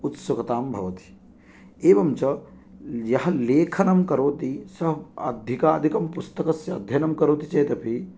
उत्सुकतां भवति एवञ्च यः लेखनं करोति स अधिकाधिकं पुस्तकस्य अध्ययनं करोति चेदपि